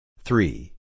Three